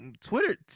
Twitter